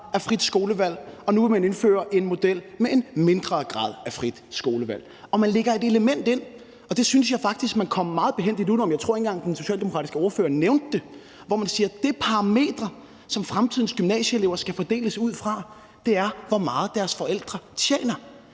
af frit skolevalg, og nu vil man indføre en model med en mindre grad af frit skolevalg. Og man lægger et element ind, og det synes jeg faktisk man kommer meget behændigt uden om – jeg tror ikke engang, den socialdemokratiske ordfører nævnte det. Det parameter, som fremtidens gymnasieelever skal fordeles ud fra, er, hvor meget deres forældre tjener.